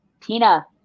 Tina